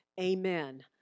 Amen